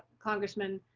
congressman,